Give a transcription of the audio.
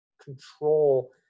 control